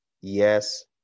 Yes